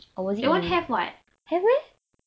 that [one] have [what]